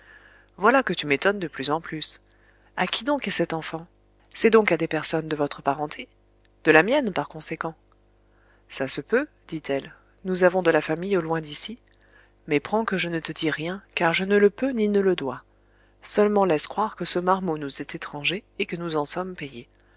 voilà que tu m'étonnes de plus en plus à qui donc cet enfant c'est donc à des personnes de votre parenté de la mienne par conséquent ça se peut dit-elle nous avons de la famille au loin d'ici mais prends que je ne te dis rien car je ne le peux ni ne le dois seulement laisse croire que ce marmot nous est étranger et que nous en sommes payés